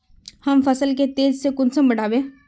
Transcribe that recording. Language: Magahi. हम फसल के तेज से कुंसम बढ़बे?